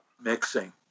Mixing